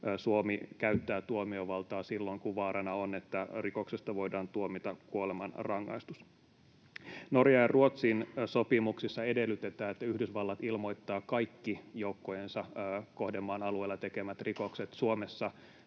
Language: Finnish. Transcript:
Suomi käyttää tuomiovaltaa silloin, kun vaarana on, että rikoksesta voidaan tuomita kuolemanrangaistus? Norjan ja Ruotsin sopimuksissa edellytetään, että Yhdysvallat ilmoittaa kaikki joukkojensa kohdemaan alueella tekemät rikokset. Suomessa